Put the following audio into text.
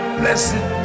blessed